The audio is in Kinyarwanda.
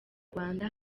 rwanda